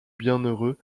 bienheureux